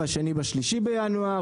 השני ב-3 בינואר,